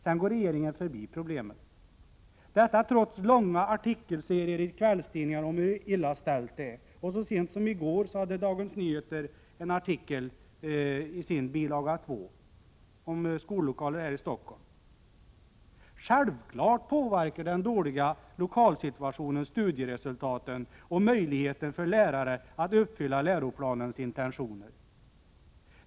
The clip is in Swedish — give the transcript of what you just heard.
Sedan går regeringen förbi problemet trots långa artikelserier i kvällstidningarna om hur illa ställt det är. Så sent som i går hade Dagens Nyheter en artikel i del två om skollokalerna i Stockholm. Självfallet påverkar den dåliga lokalsituationen studieresultaten och möjligheterna för lärarna att uppfylla läroplanens intentioner.